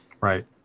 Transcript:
Right